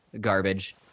garbage